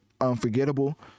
Unforgettable